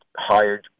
hired